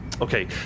Okay